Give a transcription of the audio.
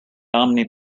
omni